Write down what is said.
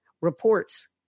reports